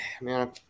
man